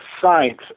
science